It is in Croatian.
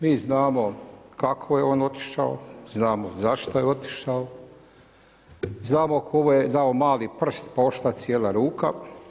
Mi znamo kako je on otišao, znamo zašto je otišao, znamo tko mu je dao mali prst pa otišla cijela ruka.